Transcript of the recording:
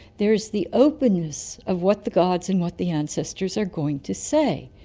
there's the openness of what the gods and what the ancestors are going to say.